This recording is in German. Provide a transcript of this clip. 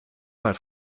mal